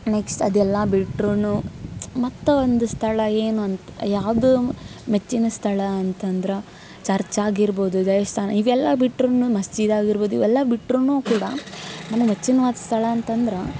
next ಅದೆಲ್ಲ ಬಿಟ್ರೂ ಮತ್ತು ಒಂದು ಸ್ಥಳ ಏನಂತ ಯಾವುದೋ ಮೆಚ್ಚಿನ ಸ್ಥಳ ಅಂತಂದ್ರೆ ಚರ್ಚ್ ಆಗಿರ್ಬೋದು ದೇವಸ್ಥಾನ ಇವೆಲ್ಲ ಬಿಟ್ರೂ ಮಸೀದಿ ಆಗಿರ್ಬೋದು ಇವೆಲ್ಲ ಬಿಟ್ರೂ ಕೂಡ ನಮ್ಗೆ ಮೆಚ್ಚಿನವಾದ ಸ್ಥಳ ಅಂತಂದ್ರೆ